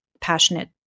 passionate